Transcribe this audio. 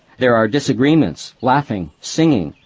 there are disagreements, laughing, singing,